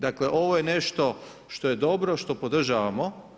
Dakle ovo je nešto što je dobro, što podržavamo.